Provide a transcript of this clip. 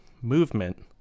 movement